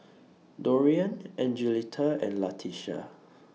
Dorian Angelita and Latisha